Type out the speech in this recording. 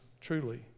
truly